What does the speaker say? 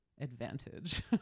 advantage